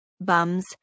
bums